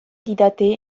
didate